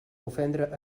ofendre